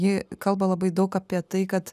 ji kalba labai daug apie tai kad